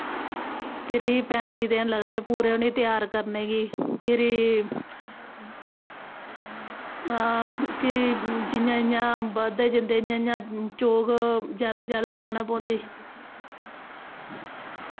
त्रीह् पैंती दिन लगदे पूरे उ'नेंगी त्यार करने गी फिरी हां फिरी जियां जियां बधदे जंदे इ'यां इ'यां चोग जादा जादा पाना पौंदी